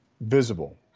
visible